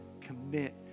commit